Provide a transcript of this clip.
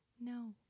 No